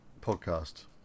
podcast